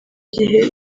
gihe